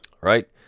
right